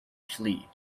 flee